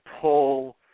pull